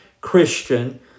Christian